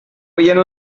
veient